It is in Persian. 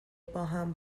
باهم